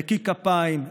נקי כפיים,